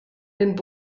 den